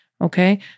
Okay